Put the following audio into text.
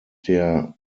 der